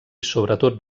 sobretot